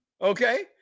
Okay